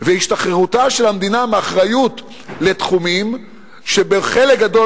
והשתחררותה של המדינה מאחריות לְתחומים שבחלק גדול